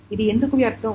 ఇది ఎందుకు వ్యర్థం